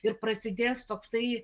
ir prasidės toksai